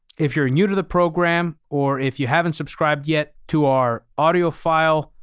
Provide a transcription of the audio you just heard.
if you're new to the program or if you haven't subscribed yet to our audio file,